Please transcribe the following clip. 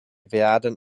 werden